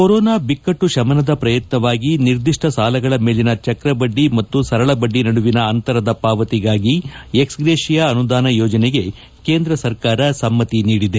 corona ಬಿಕ್ಕಟ್ಟು ಶಮನದ ಪ್ರಯತ್ನವಾಗಿ ನಿರ್ದಿಷ್ಟ ಸಾಲಗಳ ಮೇಲಿನ ಚಕ್ರಬಡ್ಡಿ ಮತ್ತು ಸರಳಬಡ್ಡಿ ನಡುವಿನ ಅಂತರದ ಪಾವತಿಗಾಗಿ ಎಕ್ಸ್ ಗ್ರೇಷಿಯಾ ಅನುದಾನ ಯೋಜನೆಗೆ ಕೇಂದ್ರ ಸರ್ಕಾರ ಸಮ್ನತಿ ನೀಡಿದೆ